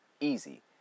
Easy